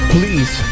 Please